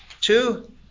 two